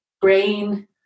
brain